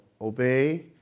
obey